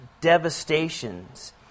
devastations